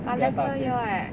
比较大间